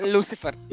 Lucifer